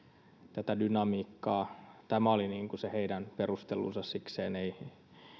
tätä dynamiikkaa tämä oli se heidän perustelunsa sikseen ei